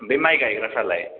ओमफ्राय माइ गायग्राफ्रालाय